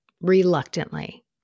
reluctantly